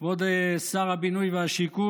כבוד שר הבינוי והשיכון,